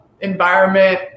environment